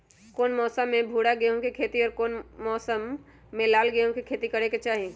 कौन मौसम में भूरा गेहूं के खेती और कौन मौसम मे लाल गेंहू के खेती करे के चाहि?